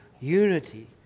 unity